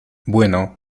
bueno